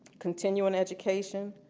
continuing education,